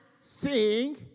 sing